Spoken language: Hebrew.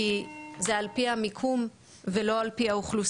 כי זה על פי המיקום ולא על פי האוכלוסייה,